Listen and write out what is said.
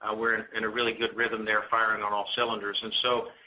ah we're in a really good rhythm there, firing on all cylinders. and so,